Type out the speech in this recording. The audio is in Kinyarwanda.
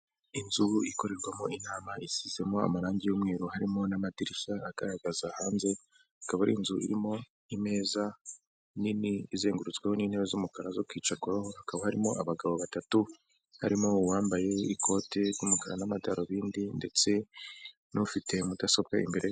Inzu ikorerwamo inama isizemo amarangi y'umweru harimo n'amadirishya agaragaza hanze, ikaba ari inzu irimo imeza nini izengurutsweho n'interabe z'umukara zo kwicakwaraho, hakaba harimo abagabo batatu, harimo uwambaye ikote ry'umukara n'amadarubindi ndetse n'ufite mudasobwa imbere.